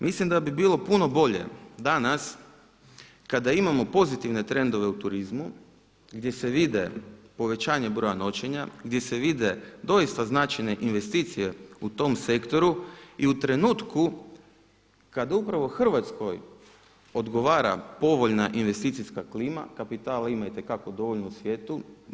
Mislim da bi bilo puno bolje danas kada imamo pozitivne trendove u turizmu gdje se vide povećanje broja noćenja, gdje se vide doista značajne investicije u tom sektoru i u trenutku kad upravo Hrvatskoj odgovara povoljna investicijska klima kapitala ima itekako dovoljno u svijetu.